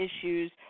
issues